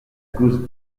cause